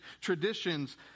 traditions